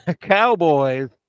cowboys